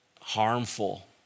harmful